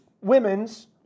women's